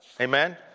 Amen